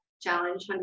challenge